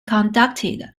conducted